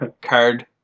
card